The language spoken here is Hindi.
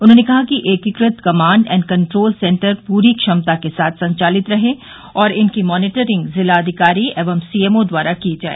उन्होंने कहा कि एकीकृत कमाण्ड एण्ड कण्ट्रोल सेण्टर पूर्ण क्षमता के साथ संचालित रहे और इनकी मॉनीटरिंग जिलाधिकारी एवं सीएमओ द्वारा की जाए